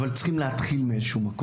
אבל צריך להתחיל מאיפה שהוא.